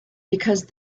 because